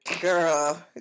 Girl